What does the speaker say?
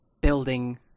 building